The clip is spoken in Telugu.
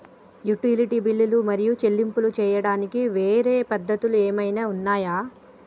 యుటిలిటీ బిల్లులు మరియు చెల్లింపులు చేయడానికి వేరే పద్ధతులు ఏమైనా ఉన్నాయా?